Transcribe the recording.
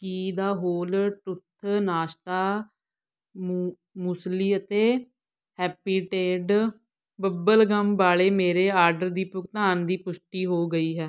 ਕੀ ਦਾ whole truth ਨਾਸ਼ਤਾ ਮੂ ਮੂਸਲੀ ਅਤੇ ਹੈਪੀਟੇਡ ਬੱਬਲ ਗਮ ਵਾਲੇ ਮੇਰੇ ਆਡਰ ਦੀ ਭੁਗਤਾਨ ਦੀ ਪੁਸ਼ਟੀ ਹੋ ਗਈ ਹੈ